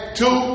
two